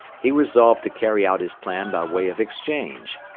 he resolved to carry out his plan by way of exchange,